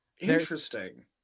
Interesting